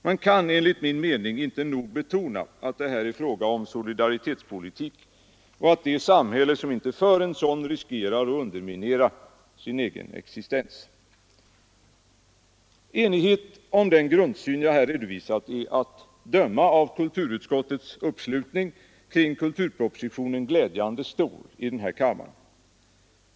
Man kan enligt min mening inte nog betona, att det här är fråga om solidaritetspolitik och att det samhälle som inte för en sådan politik riskerar att underminera sin egen existens. Enigheten om den grundsyn jag här redovisat är att döma av kulturutskottets uppslutning kring kulturpropositionen glädjande stor i denna kammare.